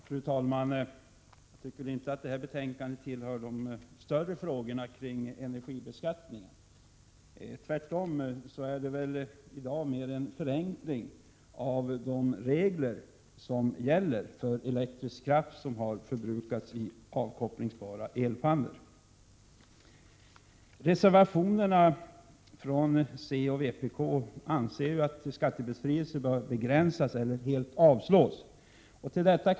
Fru talman! I detta betänkande behandlas ingen av de större frågorna om energibeskattning. Det handlar mer om en förenkling av de regler som gäller för elkraft som förbrukas i avkopplingsbara pannor. I reservationerna från centern och vpk anser man att skattebefrielsen bör begränsas eller inte alls finnas.